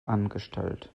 angestellt